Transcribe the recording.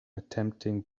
attempting